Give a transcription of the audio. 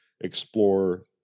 explore